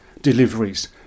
deliveries